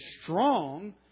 strong